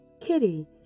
Kitty